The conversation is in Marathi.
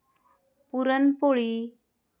पुरणपोळी